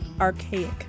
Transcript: Archaic